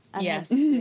Yes